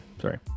sorry